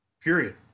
period